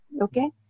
okay